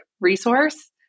resource